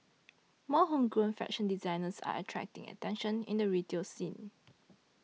more homegrown fashion designers are attracting attention in the retail scene